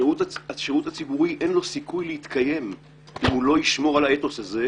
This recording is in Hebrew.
לשירות הציבורי אין סיכוי להתקיים אם הוא לא ישמור על האתוס הזה,